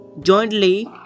Jointly